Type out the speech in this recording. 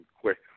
quick